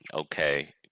Okay